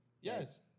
Yes